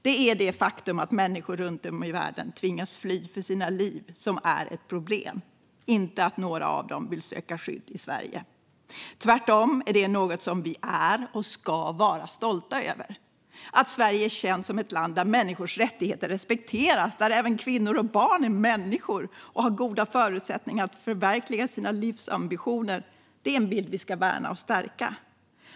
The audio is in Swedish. Det är det faktum att människor runt om i världen tvingas fly för sina liv som är ett problem, inte att några av dem vill söka skydd i Sverige. Tvärtom är det något vi är och ska vara stolta över. Att Sverige är känt som ett land där människors rättigheter respekteras och där även kvinnor och barn är människor och har goda förutsättningar att förverkliga sina livsambitioner är något vi ska värna och stärka.